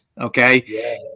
Okay